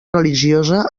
religiosa